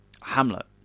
Hamlet